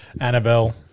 Annabelle